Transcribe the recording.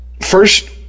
first